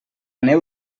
neu